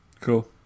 Cool